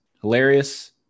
hilarious